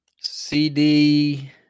CD